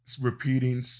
repeating